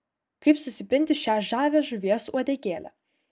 kaip susipinti šią žavią žuvies uodegėlę